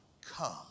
come